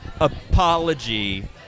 apology